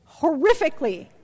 horrifically